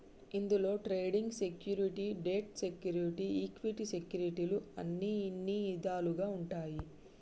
ఇందులో trading security, debt సెక్యూరిటీలు equity సెక్యూరిటీలు అని ఇన్ని ఇదాలుగా ఉంటాయి